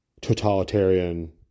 totalitarian